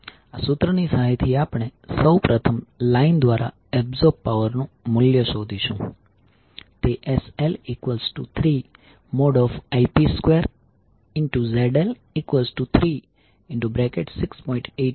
આ સૂત્રની સહાયથી આપણે સૌ પ્રથમ લાઈન દ્વારા એબ્સોર્બ પાવરનું મૂલ્ય શોધીશું તે Sl3Ip2Zl36